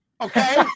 Okay